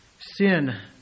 sin